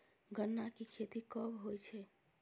गन्ना की खेती कब होय छै?